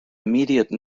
immediate